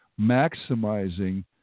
maximizing